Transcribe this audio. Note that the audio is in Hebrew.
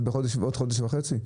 אז בעוד חודש וחצי?